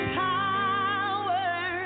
power